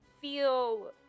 feel